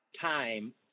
time